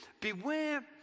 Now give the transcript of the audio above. Beware